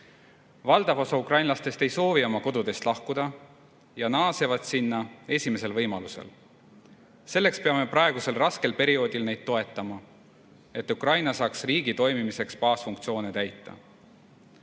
Valdav osa ukrainlastest ei soovi oma kodudest lahkuda ja naaseb sinna esimesel võimalusel. Selleks peame praegusel raskel perioodil neid toetama, et Ukraina saaks riigi toimimiseks baasfunktsioone täita.